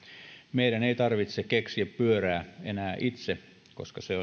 meidän ei tarvitse keksiä pyörää enää itse koska se